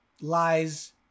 lies